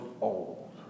old